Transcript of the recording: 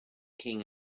king